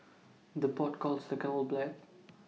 the pot calls the kettle black